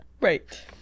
right